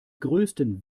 größten